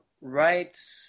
right